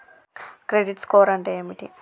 Credit score అంటే ఏమిటి?